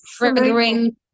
triggering